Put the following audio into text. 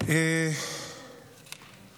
עיצומים כספיים ובדיקות מתקני גז),